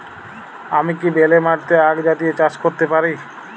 আমি কি বেলে মাটিতে আক জাতীয় চাষ করতে পারি?